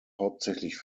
hauptsächlich